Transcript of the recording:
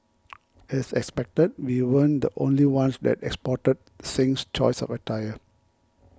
as expected we weren't the only ones that spotted Singh's choice of attire